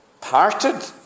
parted